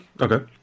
Okay